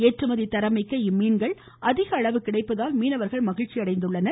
ஏற்றுமதி தரம் மிக்க இம்மீன்கள் அதிகளவு கிடைப்பதால் மீனவர்கள் மகிழ்ச்சி அடைந்துள்ளனர்